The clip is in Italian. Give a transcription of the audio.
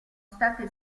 state